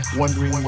wondering